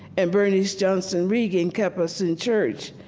and bernice johnson reagon kept us in church.